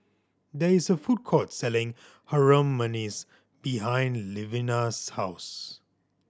there is a food court selling Harum Manis behind Levina's house